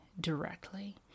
directly